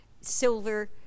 Silver